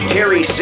Terry